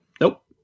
Nope